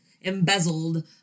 embezzled